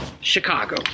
chicago